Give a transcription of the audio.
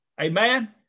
Amen